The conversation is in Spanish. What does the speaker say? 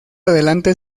adelante